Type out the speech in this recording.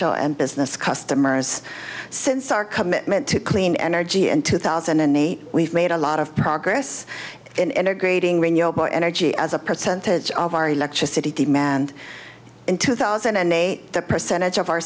residential and business customers since our commitment to clean energy in two thousand and eight we've made a lot of progress in integrating renewable energy as a percentage of our electricity and in two thousand and eight the percentage o